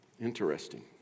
Interesting